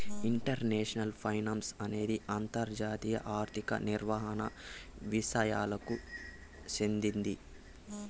international finance అనేది అంతర్జాతీయ ఆర్థిక నిర్వహణ విసయాలకు చెందింది